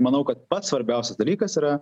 manau kad pats svarbiausias dalykas yra